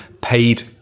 paid